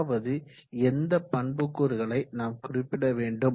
அதாவது எந்த பண்புக்கூறுகளை நாம் குறிப்பிட வேண்டும்